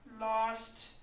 lost